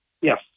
Yes